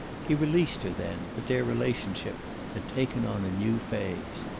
he released her then, but their relationship had taken on a new phase.